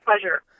pleasure